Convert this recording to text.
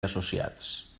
associats